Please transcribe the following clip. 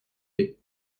lait